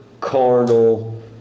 carnal